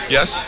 Yes